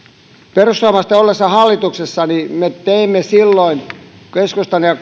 perussuomalaisten ollessa hallituksessa me teimme silloin keskustan ja